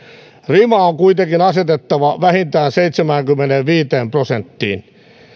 rima on kuitenkin asetettava vähintään seitsemäänkymmeneenviiteen prosenttiin